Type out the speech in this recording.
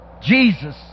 Jesus